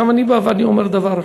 אני בא ואני אומר דבר אחד: